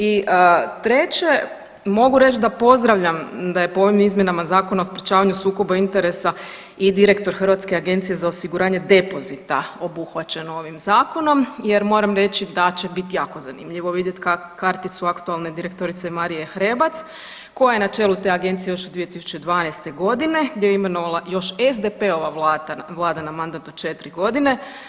I treće mogu reći da pozdravljam da je po ovim izmjenama Zakona o sprječavanju sukoba interesa i direktor Hrvatske agencije za osiguranje depozita obuhvaćen ovim zakonom, jer moram reći da će biti jako zanimljivo vidjeti karticu aktualne direktorice Marije Hrebac koja je na čelu te agencije još od 2012. godine gdje ju je imenovala još SDP-ova Vlada na mandat od 4 godine.